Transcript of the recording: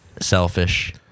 selfish